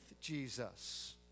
Jesus